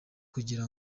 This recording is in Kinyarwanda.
kugira